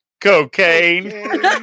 Cocaine